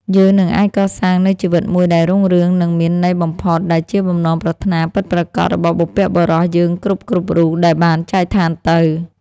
យើងនឹងអាចកសាងនូវជីវិតមួយដែលរុងរឿង និងមានន័យបំផុត ដែលជាបំណងប្រាថ្នាពិតប្រាកដរបស់បុព្វបុរសយើងគ្រប់ៗរូបដែលបានចែកឋានទៅ។